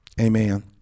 Amen